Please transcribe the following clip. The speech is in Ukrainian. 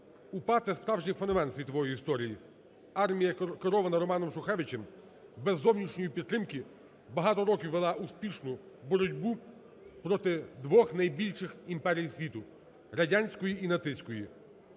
– це справжній феномен світової історії. Армія, керована Романом Шухевичем, без зовнішньої підтримки багато років вела успішну боротьбу проти двох найбільших імперій світу – радянської і нацистської.